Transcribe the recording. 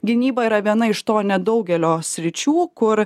gynyba yra viena iš to nedaugelio sričių kur